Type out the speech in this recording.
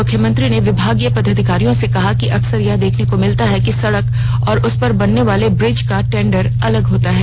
मुख्यमंत्री ने विभागीय पदाधिकारियों से कहा कि अक्सर यह देखने को मिलता है कि सड़क और उस पर बनने वाले ब्रिज का टेंडर अलग अलग होता है